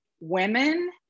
women